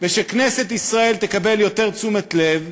ושכנסת ישראל תקבל יותר תשומת לב,